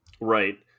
Right